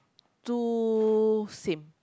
too same